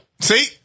See